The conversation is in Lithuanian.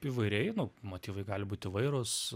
įvairiai nu motyvai gali būt įvairūs